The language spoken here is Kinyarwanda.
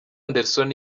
anderson